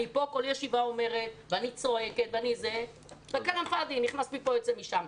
אני כאן כל ישיבה אומרת ואני צועקת אבל זה נכנס מפה ויוצא משם.